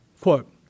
quote